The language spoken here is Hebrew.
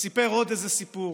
אז סיפר עוד איזה סיפור,